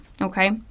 Okay